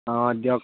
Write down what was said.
অঁ দিয়ক